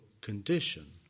condition